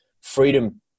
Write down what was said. freedom